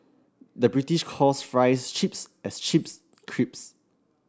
the British calls fries chips as chips crisps